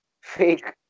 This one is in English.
fake